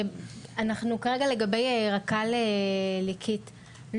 לגבי רק"ל ליקית (הרכבת הקלה),